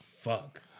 fuck